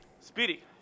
Speedy